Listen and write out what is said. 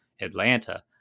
Atlanta